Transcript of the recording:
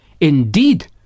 Indeed